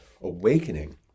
awakening